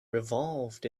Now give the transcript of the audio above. revolved